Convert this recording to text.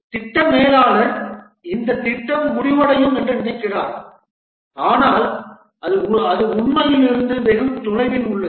எனவே திட்ட மேலாளர் இந்த திட்டம் முடிவடையும் என்று நினைக்கிறார் ஆனால் அது உண்மையிலிருந்து வெகு தொலைவில் உள்ளது